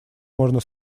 можно